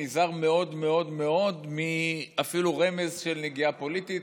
נזהר מאוד מאוד מאוד אפילו מרמז של נגיעה פוליטית.